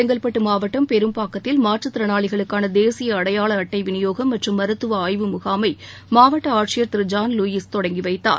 செங்கல்பட்டு மாவட்டம் பெரும்பாக்கத்தில் மாற்றத் திறனாளிகளுக்கான தேசிய அடையாள அட்டை விநியோகம் மற்றும் மருத்துவ ஆய்வு முகாமை மாவட்ட ஆட்சியர் திரு ஜான் லூயிஸ் தொடங்கி வைத்தார்